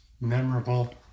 memorable